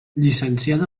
llicenciada